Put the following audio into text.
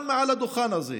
גם מעל הדוכן הזה.